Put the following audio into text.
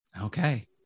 okay